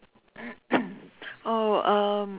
oh um